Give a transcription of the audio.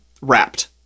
wrapped